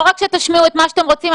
לא רק שתשמיעו את מה שאתם רוצים.